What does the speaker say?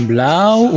Blau